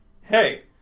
Hey